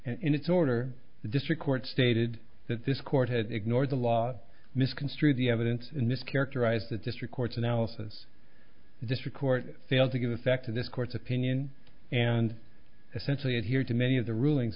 in its order the district court stated that this court had ignored the law misconstrued the evidence in this characterized the district court's analysis district court failed to give effect to this court's opinion and essentially adhered to many of the rulings